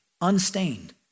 unstained